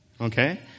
Okay